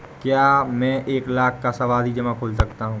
क्या मैं एक लाख का सावधि जमा खोल सकता हूँ?